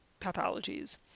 pathologies